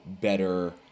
better